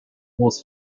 was